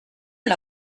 l’a